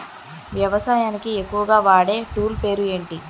వ్యవసాయానికి ఎక్కువుగా వాడే టూల్ పేరు ఏంటి?